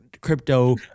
crypto